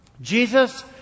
Jesus